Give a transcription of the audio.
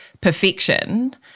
perfection